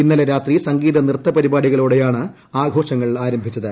ഇന്നലെ ്രാത്രി സംഗീത നൃത്ത പരിപാടികളോടെയാണ് ആഘോഷങ്ങൾ ആരംഭിച്ചത്